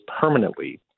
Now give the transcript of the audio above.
permanently